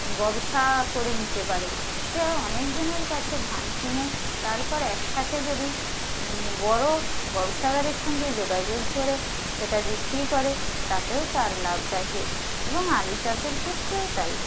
ব্যবসা করে নিতে পারে সেও অনেক জনের কাছে ধান কিনে তারপর একসাথে যদি বড় ব্যবসাদারের সঙ্গে যোগাযোগ করে সেটা বিক্রি করে তাতেও তার লাভ থাকে এবং আলু চাষের ক্ষেত্রেও তাই